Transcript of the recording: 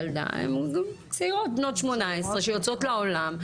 ילדה צעירות בנות 18 שיוצאות לעולם.